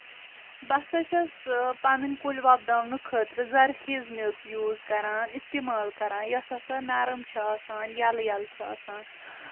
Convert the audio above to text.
بہٕ ہسا چھَس پَنٕنۍ کُلۍ وۄپداونہٕ خٲطرٕ زرخیٖز میٚژ یوٗز کران اِستعمال کران یۄس ہسا نَرٕم چھِ آسان یلہٕ یلہٕ چھِ آسان